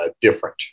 different